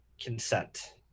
consent